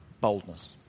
Boldness